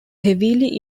heavily